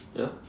ya